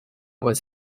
was